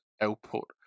output